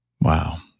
Wow